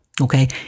Okay